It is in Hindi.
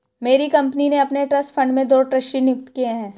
मेरी कंपनी ने अपने ट्रस्ट फण्ड में दो ट्रस्टी नियुक्त किये है